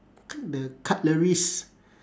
c~ the cutleries